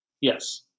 Yes